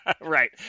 right